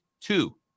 Two